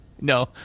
No